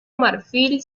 marfil